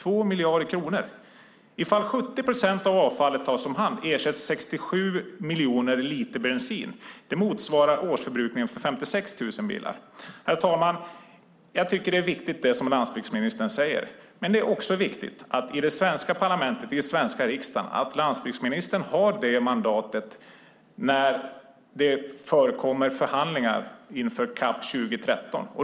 Om 70 procent av avfallet tas om hand ersätts 67 miljoner liter bensin. Det motsvarar årsförbrukningen för 56 000 bilar. Herr talman! Jag tycker att det som landsbygdsministern säger är viktigt, men det är också viktigt att landsbygdsministern har det mandatet i det svenska parlamentet, i den svenska riksdagen när det förekommer förhandlingar inför CAP 2013.